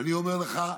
ואני אומר לך,